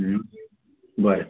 बरें